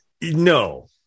no